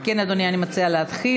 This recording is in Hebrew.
אף אחד לא מטפל בזה.